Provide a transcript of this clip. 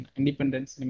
independence